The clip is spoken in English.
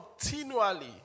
continually